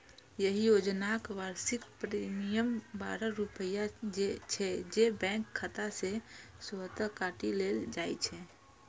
एहि योजनाक वार्षिक प्रीमियम बारह रुपैया छै, जे बैंक खाता सं स्वतः काटि लेल जाइ छै